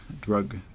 drug